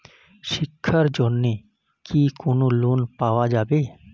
শিক্ষার জন্যে কি কোনো লোন পাওয়া যাবে?